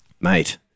mate